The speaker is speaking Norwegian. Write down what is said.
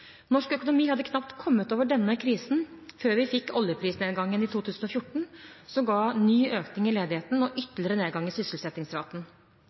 Norsk økonomi hadde knapt kommet over denne krisen da vi fikk oljeprisnedgangen i 2014, som ga ny økning i ledigheten og ytterligere nedgang i sysselsettingsraten.